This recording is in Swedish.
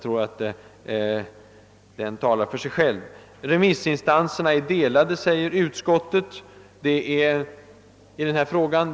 Utskottet säger att >remissinstanserna är delade i sin uppfattning i denna fråga».